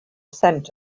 scent